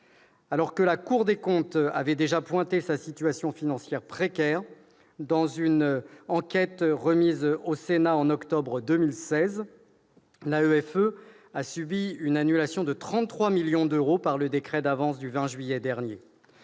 Alors que la Cour des comptes avait déjà pointé sa situation financière précaire dans une enquête remise au Sénat en octobre 2016, l'AEFE a subi une annulation de 33 millions d'euros par le décret d'avance du 20 juillet dernier.